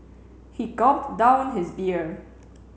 he gulped down his beer